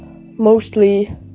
mostly